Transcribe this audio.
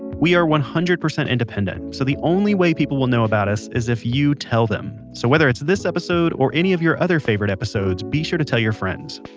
we are one hundred percent independent so the only way people will know about us is if you tell them. so whether its this episode or any of your other favorite episodes be sure to tell your friends.